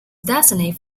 designate